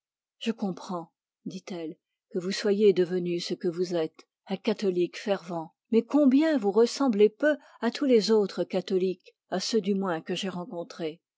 je comprends dit-elle que vous soyez devenu ce que vous êtes un catholique fervent mais combien vous ressemblez peu à tous les autres catholiques à ceux du moins que j'ai rencontrés